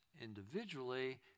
individually